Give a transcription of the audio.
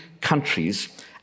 countries